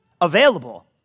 available